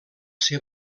ser